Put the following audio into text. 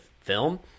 film